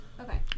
Okay